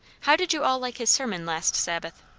how did you all like his sermon last sabbath?